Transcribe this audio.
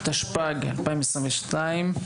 התשפ"ג-2022,